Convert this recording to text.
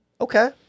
Okay